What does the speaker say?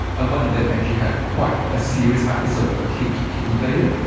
and one of them actually had quite a serious episode of acute kidney failure,